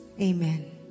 Amen